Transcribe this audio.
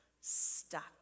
stuck